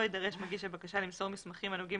לא יידרש מגיש הבקשה למסור מסמכים הנוגעים